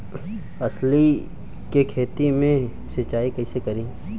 अलसी के खेती मे सिचाई कइसे करी?